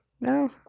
No